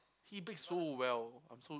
he bakes so well I'm so